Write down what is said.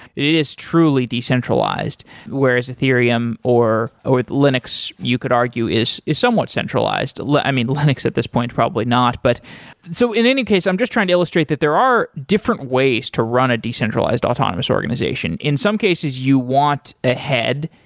it is truly decentralized whereas, ethereum or with linux, you could argue is is somewhat centralized. like i mean, linux at this point probably not. but so in any case, i'm just trying to illustrate that there are different ways to run a decentralized autonomous organization. in some cases, you want the ah head,